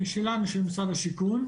שלנו, של משרד השיכון.